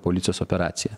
policijos operacija